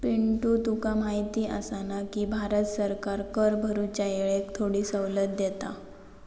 पिंटू तुका माहिती आसा ना, की भारत सरकार कर भरूच्या येळेक थोडी सवलत देता